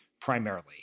primarily